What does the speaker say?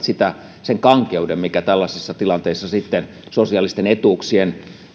sen kankeuden mikä tällaisissa tilanteissa sitten sosiaalisten etuuksien